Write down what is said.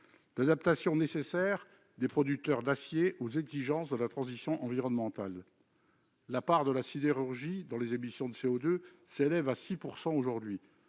l'adaptation nécessaire des producteurs d'acier aux exigences de la transition environnementale. La part de la sidérurgie dans les émissions de CO2 s'élève à 6 % aujourd'hui.